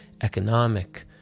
economic